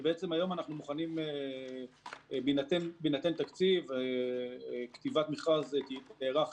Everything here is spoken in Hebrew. היום, בהינתן תקציב, כתיבת מכרז תארך